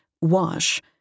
wash